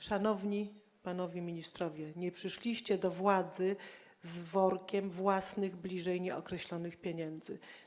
Szanowni panowie ministrowie, nie przyszliście do władzy z workiem własnych bliżej nieokreślonych pieniędzy.